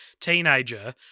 teenager